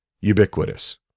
ubiquitous